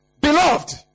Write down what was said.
Beloved